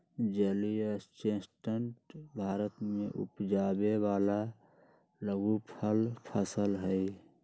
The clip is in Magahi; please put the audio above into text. जलीय चेस्टनट भारत में उपजावे वाला लघुफल फसल हई